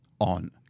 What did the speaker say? on